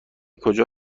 کجا